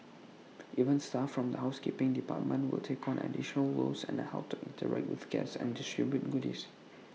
even staff from the housekeeping department will take on additional roles and help to interact with guests and distribute goodies